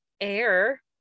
air